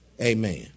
Amen